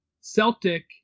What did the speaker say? Celtic